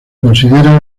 considera